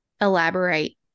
elaborate